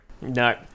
No